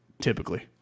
Typically